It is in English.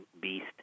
beast